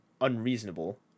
unreasonable